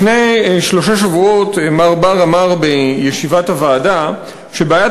לפני שלושה שבועות אמר מר בר בישיבת הוועדה שבעיית